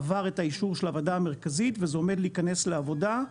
עבר את האישור של הוועדה המרכזית וזה עומד להיכנס לעבודה,